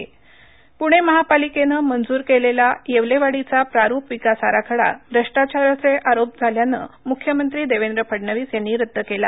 प्णे महापालिकेनं मंजूर केलेला येवलेवाडीचा प्रारूप विकास आराखडा श्रष्टाचाराचे आरोप झाल्यानं म्ख्यमंत्री देवेंद्र फडणवीस यांनी रद्द केला